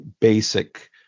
basic